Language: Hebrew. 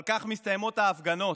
אבל כך מסתיימות ההפגנות.